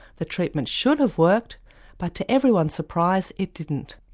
the treatment should have worked but to everyone's surprise it didn't.